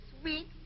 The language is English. sweet